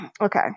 Okay